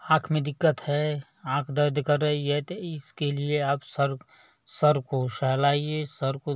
आँख में दिक्कत है आँख दर्द कर रही है ते इसके लिए आप सिर सिर को सहलाइए सिर को